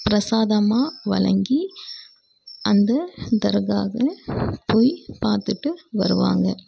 பிரசாதமாக வழங்கி அந்த தர்காவை போய் பார்த்துட்டு வருவாங்க